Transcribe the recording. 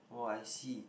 oh I see